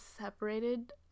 separated